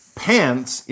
pants